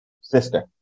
sister